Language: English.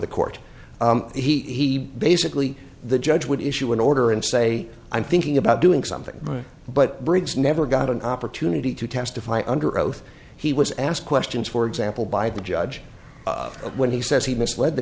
the court he basically the judge would issue an order and say i'm thinking about doing something but briggs never got an opportunity to testify under oath he was asked questions for example by the judge when he says he misled the